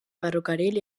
ferrocarril